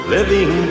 Living